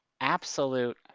absolute